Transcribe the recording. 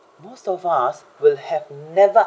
most of us will have never